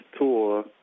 tour